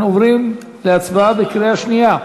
אנחנו עוברים להצבעה בקריאה שנייה.